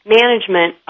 management